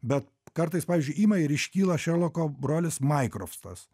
bet kartais pavyzdžiui ima ir iškyla šerloko brolis maikrofstas